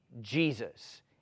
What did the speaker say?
Jesus